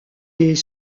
est